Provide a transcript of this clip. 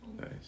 Nice